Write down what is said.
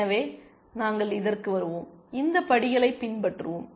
எனவே நாங்கள் இதற்கு வருவோம் இந்த படிகளைப் பின்பற்றுவோம்